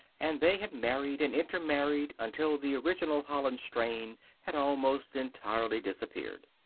and they had married and intermarried until the original holland strain had almost entirely disappeared.